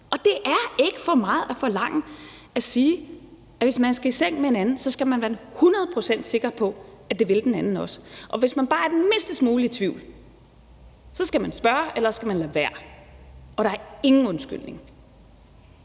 Det er ikke for meget at forlange at sige, at hvis man skal i seng med en anden, skal man være hundrede procent sikker på, at det vil den anden også, og hvis man bare er den mindste smule i tvivl, skal man spørge, eller også skal man lade være. Der er ingen undskyldning,